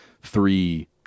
three